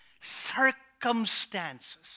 Circumstances